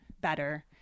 better